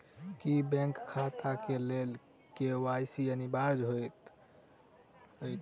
की bank खाता केँ लेल के.वाई.सी अनिवार्य होइ हएत?